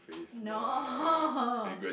no